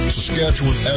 Saskatchewan